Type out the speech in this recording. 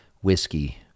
whiskey